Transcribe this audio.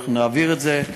נעביר את זה,